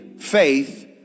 faith